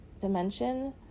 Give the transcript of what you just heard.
dimension